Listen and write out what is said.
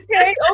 Okay